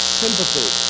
sympathy